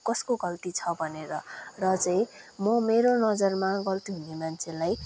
कसको गल्ती छ भनेर र चाहिँ म मेरो नजरमा गल्ती हुने मान्छेलाई